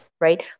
right